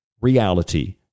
reality